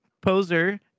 Poser